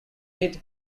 hit